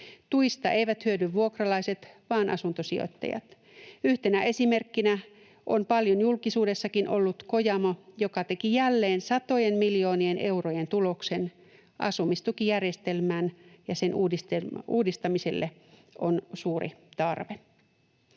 Tuista eivät hyödy vuokralaiset vaan asuntosijoittajat. Yhtenä esimerkkinä on paljon julkisuudessakin ollut Kojamo, joka teki jälleen satojen miljoonien eurojen tuloksen. Asumistukijärjestelmän uudistamiselle on suuri tarve.